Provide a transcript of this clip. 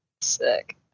Sick